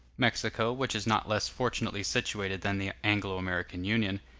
mexico, which is not less fortunately situated than the anglo-american union,